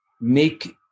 make